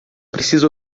precisa